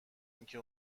اینکه